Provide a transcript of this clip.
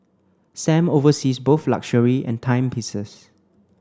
Sam oversees both luxury and timepieces